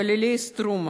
חללי "סטרומה"